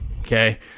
okay